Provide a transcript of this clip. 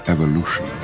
Evolution